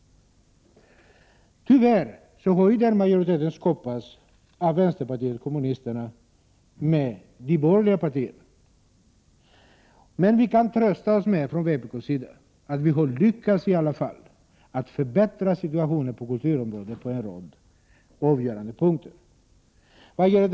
Tyvärr har det skapats en majoritet av vänsterpartiet kommunisterna tillsammans med de borgerliga partierna. Men från vpk:s sida kan vi trösta oss med att vi i alla fall har lyckats att förbättra situationen på kulturområdet på en rad avgörande punkter.